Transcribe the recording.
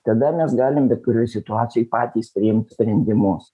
tada mes galim bet kurioj situacijoj patys priimti sprendimus